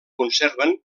conserven